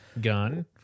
gun